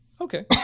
okay